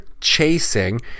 chasing